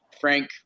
Frank